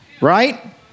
Right